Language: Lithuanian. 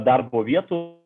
darbo vietų